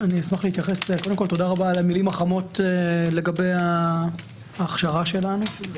קודם כל תודה רבה על המילים החמות לגבי ההכשרה שלנו.